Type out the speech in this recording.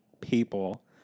people